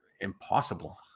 impossible